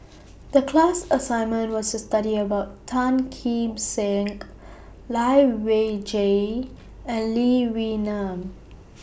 The class assignment was to study about Tan Kim Seng Lai Weijie and Lee Wee Nam